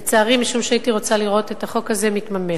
לצערי, משום שהייתי רוצה לראות את החוק הזה מתממש.